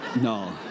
No